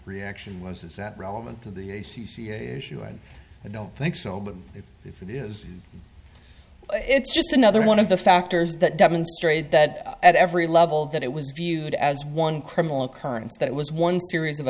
reaction was is that relevant to the a c c issue and i don't think so but if it is it's just another one of the factors that demonstrate that at every level that it was viewed as one criminal occurrence that was one series of